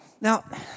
Now